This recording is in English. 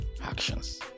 Actions